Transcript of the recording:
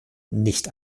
nicht